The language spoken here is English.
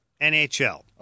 NHL